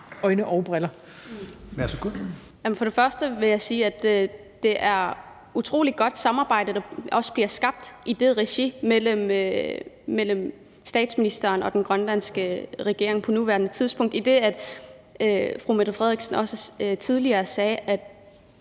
17:07 Aki-Matilda Høegh-Dam (SIU): Jeg vil sige, at det er et utrolig godt samarbejde, der bliver skabt i det regi mellem statsministeren og den grønlandske regering på nuværende tidspunkt, idet fru Mette Frederiksen også tidligere sagde, at